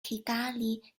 kigali